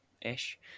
Ish